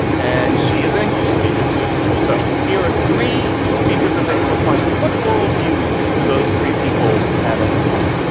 and she is an english speaker, too. so here are three speakers of the english language. what worldview do those three people have in common?